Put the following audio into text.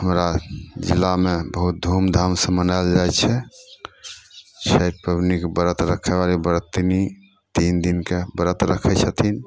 हमरा जिलामे बहुत धूमधामसे मनाएल जाइ छै छठि पबनीके व्रत रखैवाली व्रतनी तीन दिनके व्रत रखै छथिन